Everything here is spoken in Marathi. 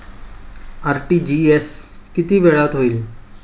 आर.टी.जी.एस किती वेळात होईल?